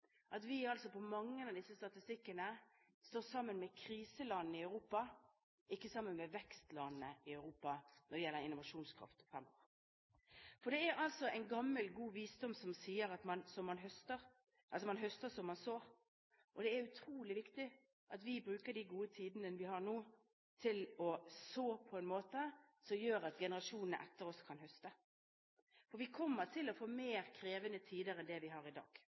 sikt, kommer altså Norge dårligere ut på en rekke internasjonale rangeringer over innovasjon og forskningsinnsats. Jeg mener det må være et tankekors for vårt samfunn at vi på mange av disse statistikkene står sammen med kriselandene i Europa – og ikke sammen med vekstlandene i Europa – når det gjelder innovasjonskraft fremover. For det er gammel, god visdom at man høster som man sår. Det er utrolig viktig at vi bruker de gode tidene vi har nå, til å så på en måte som gjør at generasjonene etter oss kan høste, for vi kommer til å få mer krevende tider